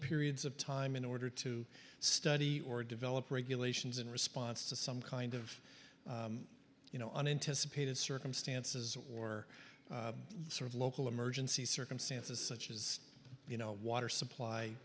periods of time in order to study or develop regulations in response to some kind of you know an intense pain of circumstances or sort of local emergency circumstances such as you know water supply